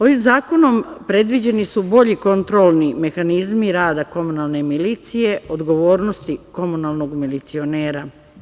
Ovim zakonom predviđeni su bolji kontrolni mehanizmi rada komunalne milicije, odgovornosti komunalnog milicionera.